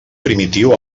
primitiu